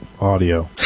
Audio